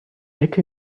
ecke